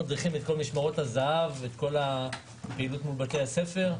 אנחנו מדריכים את כל משמרות הזה"ב ואת כל הפעילות מול בתי הספר.